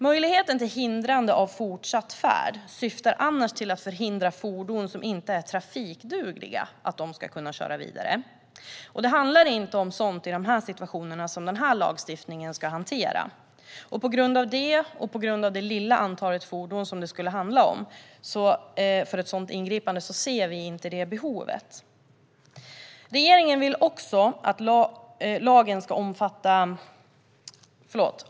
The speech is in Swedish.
Möjligheten att hindra fortsatt färd syftar annars till att förhindra fordon som inte är trafikdugliga från att köra vidare. Det handlar inte om sådant i de situationer som den här lagstiftningen ska hantera. På denna grund, och även på grund av det fåtal fordon som det skulle handla om för ett sådant ingripande, ser vi inte detta behov.